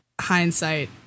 hindsight